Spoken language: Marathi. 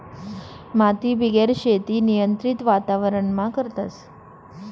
मातीबिगेर शेती नियंत्रित वातावरणमा करतस